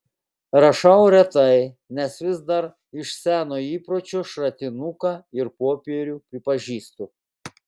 rašau retai nes vis dar iš seno įpročio šratinuką ir popierių pripažįstu